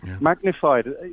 magnified